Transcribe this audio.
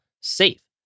safe